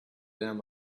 down